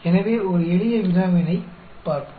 எனவே ஒரு எளிய வினாவினைப் பார்ப்போம்